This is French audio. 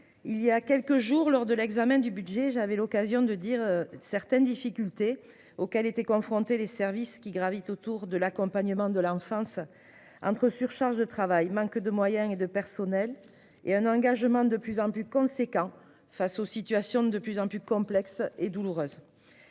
Il y a quelques jours lors de l'examen du budget, j'avais l'occasion de dire certaines difficultés auxquelles étaient confrontés les services qui gravitent autour de l'accompagnement de la enceinte. Entre surcharge de travail, manque de moyens et de personnel et un engagement de plus en plus conséquent face aux situations de plus en plus complexe et douloureuse.